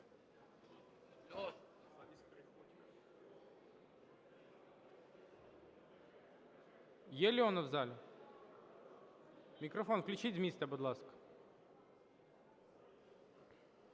Є Леонов в залі? Мікрофон включіть з місця, будь ласка.